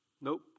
Nope